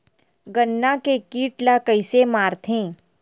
गन्ना के कीट ला कइसे मारथे?